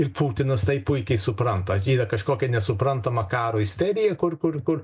ir putinas tai puikiai supranta yra kažkokia nesuprantama karo isterija kur kur kur